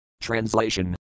Translation